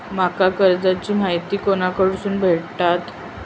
माका कर्जाची माहिती कोणाकडसून भेटात?